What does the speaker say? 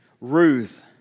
Ruth